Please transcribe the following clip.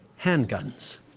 handguns